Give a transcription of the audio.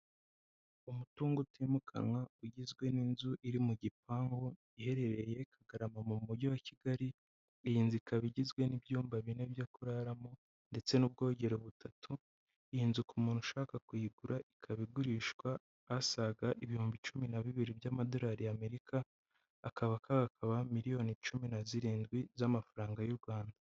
Umutungo utimukanwa ugizwe n'inzu iri mu gipangu iherereye Kagarama mu mujyi wa Kigali, iyi nzu ikaba igizwe n'ibyumba bine byo kuraramo ndetse n'ubwogero butatu, iyi nzu ku muntu ushaka kuyigura ikaba igurishwa asaga ibihumbi cumi na bibiri by'amadolari y'Amerika, akaba akabakaba miliyoni cumi na zirindwi z'amafaranga y'u Rwanda.